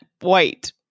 white